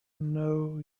know